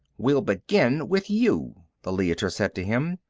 we'll begin with you, the leiter said to him,